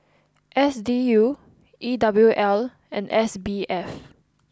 S D U E W L and S B F